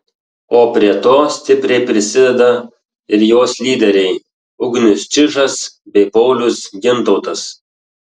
o prie to stipriai prisideda ir jos lyderiai ugnius čižas bei paulius gintautas